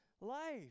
life